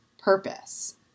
purpose